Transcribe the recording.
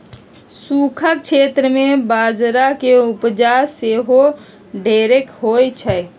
सूखक क्षेत्र में बजरा के उपजा सेहो ढेरेक होइ छइ